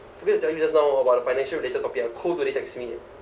forgot to tell you just now about the financial related topic ah ko today text me eh